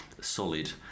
solid